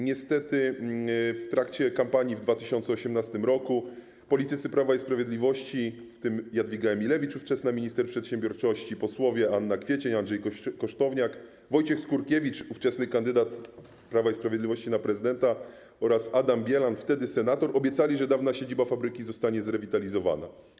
Niestety w trakcie kampanii w 2018 r. politycy Prawa i Sprawiedliwości, w tym Jadwiga Emilewicz, ówczesna minister przedsiębiorczości, posłowie Anna Kwiecień, Andrzej Kosztowniak, Wojciech Skurkiewicz, ówczesny kandydat Prawa i Sprawiedliwości na prezydenta, oraz Adam Bielan, wtedy senator, obiecali, że dawna siedziba fabryki zostanie zrewitalizowana.